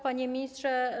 Panie Ministrze!